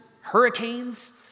hurricanes